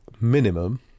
minimum